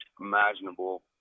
imaginable